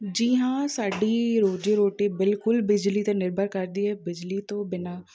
ਜੀ ਹਾਂ ਸਾਡੀ ਰੋਜ਼ੀ ਰੋਟੀ ਬਿਲਕੁਲ ਬਿਜਲੀ 'ਤੇ ਨਿਰਭਰ ਕਰਦੀ ਹੈ ਬਿਜਲੀ ਤੋਂ ਬਿਨਾਂ